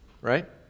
Right